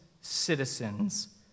citizens